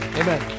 amen